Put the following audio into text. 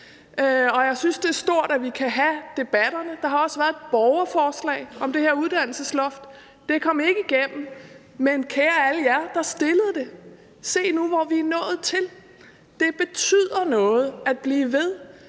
Og jeg synes, det er stort, at vi kan have debatterne. Der har også været et borgerforslag om det her uddannelsesloft. Det kom ikke igennem, men kære alle jer, der stillede det: Se nu, hvor vi er nået til. Det betyder noget at blive ved.